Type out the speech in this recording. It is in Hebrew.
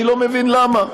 אני לא מבין למה,